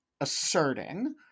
asserting